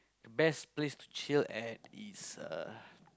best place to chill at is uh